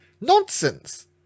Nonsense